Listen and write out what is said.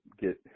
get